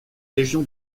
légion